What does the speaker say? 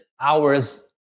hours